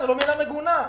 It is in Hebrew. זה לא מילה מגונה.